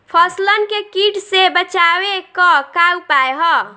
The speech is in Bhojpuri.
फसलन के कीट से बचावे क का उपाय है?